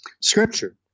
scripture